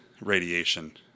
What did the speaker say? radiation